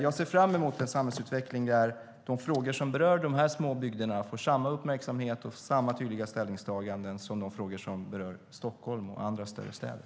Jag ser fram emot en samhällsutveckling där de frågor som berör de här små bygderna får samma uppmärksamhet och samma tydliga ställningstaganden som de frågor som berör Stockholm och andra större städer.